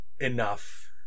enough